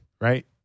right